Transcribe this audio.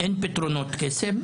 אין פתרונות קסם,